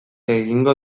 egingo